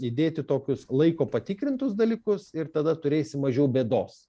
įdėti tokius laiko patikrintus dalykus ir tada turėsi mažiau bėdos